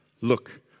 look